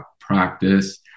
practice